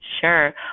Sure